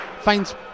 finds